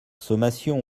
sommation